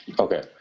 Okay